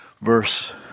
verse